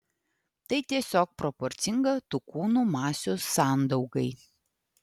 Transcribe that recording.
tai tiesiog proporcinga tų kūnų masių sandaugai